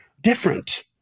different